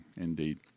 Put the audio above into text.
indeed